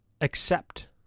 accept